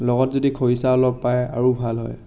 লগত যদি খৰিচা অলপ পায় আৰু ভাল হয়